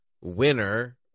winner